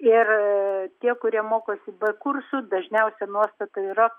ir tie kurie mokosi b kursu dažniausia nuostata yra